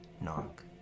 knock